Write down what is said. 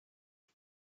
who